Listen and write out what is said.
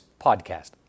Podcast